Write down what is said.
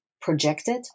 projected